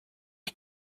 you